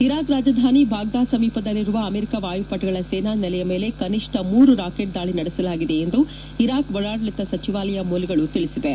Iraq ರಾಜಧಾನಿ Baghdad ಸಮೀಪದಲ್ಲಿರುವ America ವಾಯುಪಡೆಗಳ ಸೇನಾ ನೆಲೆಯ ಮೇಲೆ ಕನಿಷ್ಟ ಮೂರು ರಾಕೆಟ್ ದಾಳಿ ನಡೆಸಲಾಗಿದೆ ಎಂದು ಇರಾಕ್ ಒಳಾಡಳಿತ ಸಚಿವಾಲಯ ಮೂಲಗಳು ಹೇಳಿವೆ